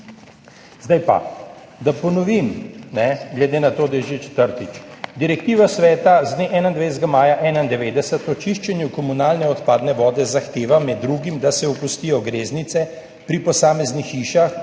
kanal. Da ponovim, glede na to, da je že četrtič. Direktiva Sveta z dne 21. maja 1991 o čiščenju komunalne odpadne vode zahteva med drugim, da se opustijo greznice pri posameznih hišah,